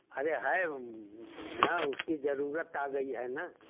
अरे है ना उसकी जरूरत आ गई है ना